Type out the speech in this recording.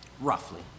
Roughly